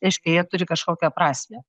reiškia jie turi kažkokią prasmę